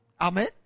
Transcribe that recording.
Amen